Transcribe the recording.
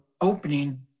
opening